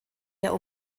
der